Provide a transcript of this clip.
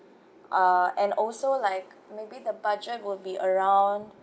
uh and also like maybe the budget will be around